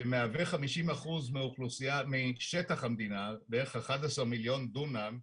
שמהווה 50% משטח המדינה, בערך 11 מיליון דונם,